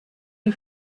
you